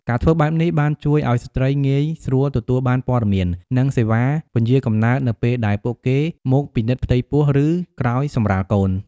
ការធ្វើបែបនេះបានជួយឲ្យស្ត្រីងាយស្រួលទទួលបានព័ត៌មាន និងសេវាពន្យារកំណើតនៅពេលដែលពួកគេមកពិនិត្យផ្ទៃពោះ ឬក្រោយសម្រាលកូន។